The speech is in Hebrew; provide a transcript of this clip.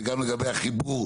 וגם לגבי החיבור,